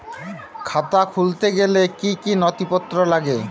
খাতা খুলতে গেলে কি কি নথিপত্র লাগে?